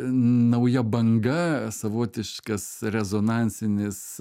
nauja banga savotiškas rezonansinis